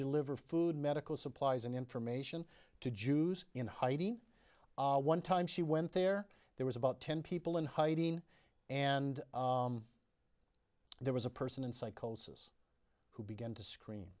deliver food medical supplies and information to jews in heidi one time she went there there was about ten people in hiding and there was a person in psychosis who began to scre